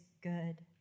good